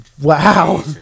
Wow